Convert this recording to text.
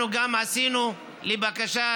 אנחנו גם עשינו, לבקשת